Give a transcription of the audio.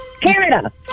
Canada